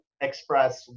express